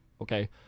Okay